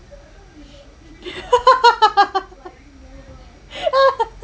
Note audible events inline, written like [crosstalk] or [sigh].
[laughs]